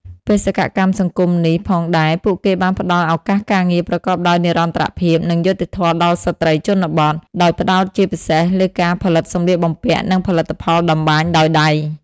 បេសកកម្មសង្គមនេះផងដែរពួកគេបានផ្តល់ឱកាសការងារប្រកបដោយនិរន្តរភាព និងយុត្តិធម៌ដល់ស្ត្រីជនបទ ដោយផ្តោតជាពិសេសលើការផលិតសម្លៀកបំពាក់ និងផលិតផលតម្បាញដោយដៃ ។